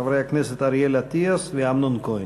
חברי הכנסת אריאל אטיאס ואמנון כהן.